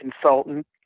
consultant